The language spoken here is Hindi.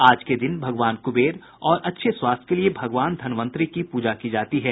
आज के दिन कुंबेर और अच्छे स्वास्थ्य के लिए भगवान धनवंतरी की पूजा की जाती है